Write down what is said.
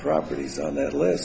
properties on that list